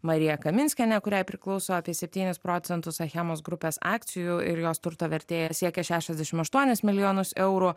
marija kaminskienė kuriai priklauso apie septynis procentus achemos grupės akcijų ir jos turto vertė siekia šešiasdešimt aštuonis milijonus eurų